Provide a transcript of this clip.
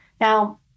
Now